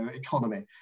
economy